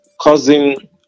causing